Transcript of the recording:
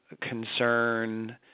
concern